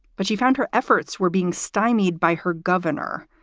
but she found her efforts were being stymied by her governor,